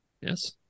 Yes